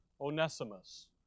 Onesimus